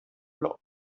bloaz